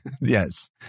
Yes